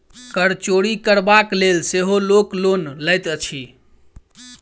कर चोरि करबाक लेल सेहो लोक लोन लैत अछि